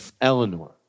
Eleanor